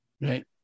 Right